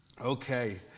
Okay